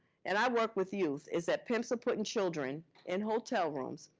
and i work with youth, is that pimps are putting children in hotel rooms.